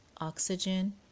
oxygen